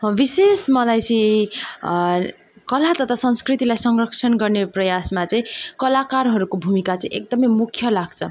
विशेष मलाई चाहिँ कला तथा संस्कृतिलाई संरक्षण गर्ने प्रयासमा चाहिँ कलाकारहरूको भूमिका चाहिँ एकदम मुख्य लाग्छ